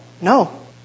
No